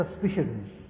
suspicions